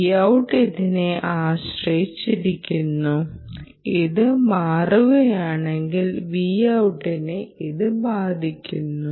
Vout ഇതിനെ ആശ്രയിച്ചിരിക്കുന്നു ഇത് മാറുകയാണെങ്കിൽ V out നെ ഇത് ബാധിക്കുന്നു